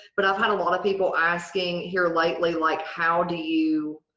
but i've had a lot of people asking here lately like how do you,